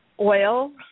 oil